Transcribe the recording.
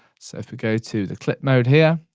so if we go to the clip mode here,